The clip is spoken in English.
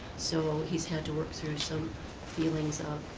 so he's had to work through some feelings of